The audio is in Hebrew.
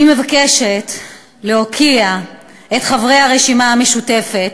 אני מבקשת להוקיע את חברי הרשימה המשותפת,